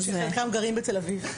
שחלקם גרים בתל אביב,